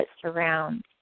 surrounds